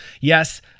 Yes